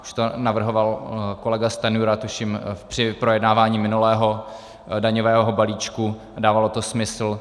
Už to navrhoval kolega Stanjura, tuším, při projednávání minulého daňového balíčku a dávalo to smysl.